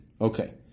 Okay